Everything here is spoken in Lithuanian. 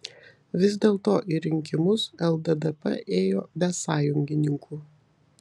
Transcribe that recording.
vis dėlto į rinkimus lddp ėjo be sąjungininkų